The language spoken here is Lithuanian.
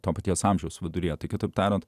to paties amžiaus viduryje kitaip tariant